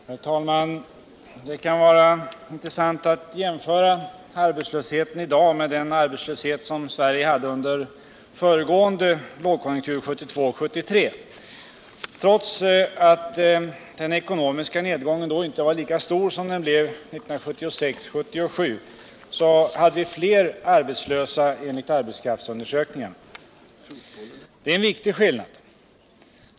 Herr talman! Det kan vara intressant att jämföra arbetslösheten i dag med den arbetslöshet som Sverige hade under föregående lågkonjunktur. 1972-1973. Trots att den ekonomiska nedgången då inte var lika stor som den blev 1976-1977 hade vi fler arbetslösa enligt arbetskraftsundersökningarna. Det är en vikug skillnad.